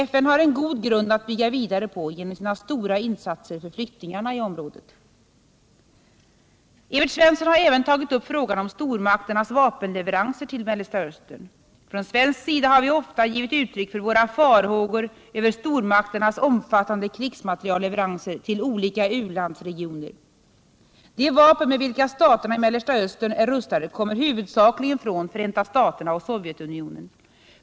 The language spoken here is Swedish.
FN har en god grund att bygga vidare på genom sina stora insatser för flyktingarna i området. Evert Svensson har även tagit upp frågan om stormakternas vapen Nr 47 leveranser till Mellersta Östern. Från svensk sida har vi ofta givit uttryck Måndagen den för våra farhågor över stormakternas omfattande krigsmaterielleveranser 12 december 1977 till olika u-landsregioner. De vapen med vilka staterna i Mellersta Östern är rustade kommer huvudsakligen från Förenta staterna och Sovjet Om Sveriges unionen.